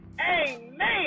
amen